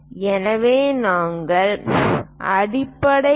எனவே நாங்கள் அடிப்படை ஏ